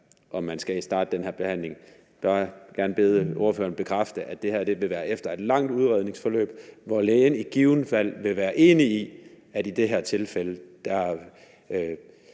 om man skal starte den her behandling. Jeg vil gerne bede ordføreren bekræfte, at det her vil være efter et langt udredningsforløb, hvor lægen i givet fald vil være enig i, at i det her tilfælde og